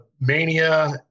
Mania